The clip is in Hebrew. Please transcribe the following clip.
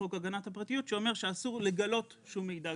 לחוק הגנת הפרטיות שאומר שאסור לגלות שום מידע.